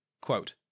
Quote